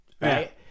right